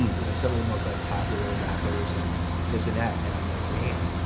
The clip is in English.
you know some of the most like popular rappers and this and that, and i'm like damn.